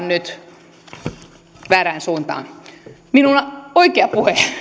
nyt hiukan väärään suuntaan minun oikean puheeni